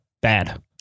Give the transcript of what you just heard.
bad